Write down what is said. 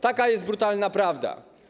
Taka jest brutalna prawda.